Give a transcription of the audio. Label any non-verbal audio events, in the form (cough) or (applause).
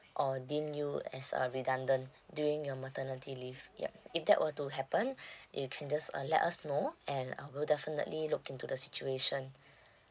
or deem you as uh redundant during your maternity leave yup if that were to happen (breath) you can just uh let us know and I will definitely look into the situation